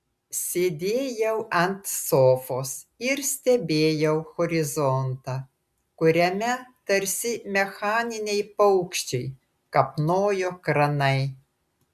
sėdėjau ant sofos ir stebėjau horizontą kuriame tarsi mechaniniai paukščiai kapnojo kranai